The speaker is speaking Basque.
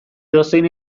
edozein